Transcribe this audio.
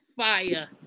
fire